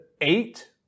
eight